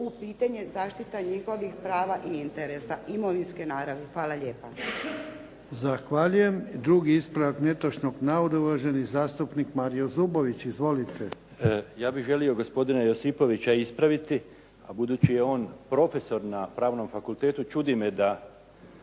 u pitanje zaštita njihovih prava i interesa imovinske naravi. Hvala lijepa. **Jarnjak, Ivan (HDZ)** Zahvaljujem. Drugi ispravak netočnog navoda, uvaženi zastupnik Mario Zubović. Izvolite. **Zubović, Mario (HDZ)** Ja bih želio gospodina Josipovića ispraviti, a budući je on profesor na pravnom fakultetu, čudi me da